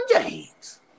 James